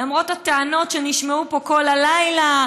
למרות הטענות שנשמעו פה כל הלילה,